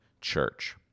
church